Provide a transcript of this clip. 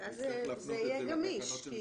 יישאב לתקנות.